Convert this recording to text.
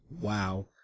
wow